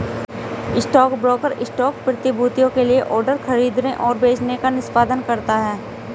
stockbroker stock प्रतिभूतियों के लिए ऑर्डर खरीदने और बेचने का निष्पादन करता है